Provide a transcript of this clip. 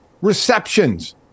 receptions